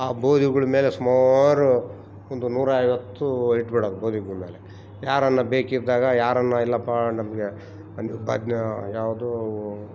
ಆ ಬೋದಿಗಳ್ ಮೇಲೆ ಸುಮಾರು ಒಂದು ನೂರ ಐವತ್ತು ಇಟ್ಬಿಡೋದ್ ಬೋದಿಗೂಡ ಮೇಲೆ ಯಾರಾನ್ನ ಬೇಕಿದ್ದಾಗ ಯಾರಾನ್ನ ಇಲ್ಲಪ್ಪ ನಮಗೆ ಒಂದು ಯಾವುದೂ